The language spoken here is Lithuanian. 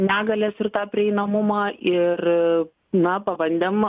negalias ir tą prieinamumą ir na pabandėm